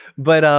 but, um,